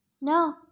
No